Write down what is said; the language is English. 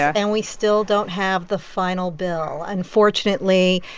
and we still don't have the final bill. unfortunately,